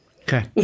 Okay